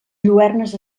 lluernes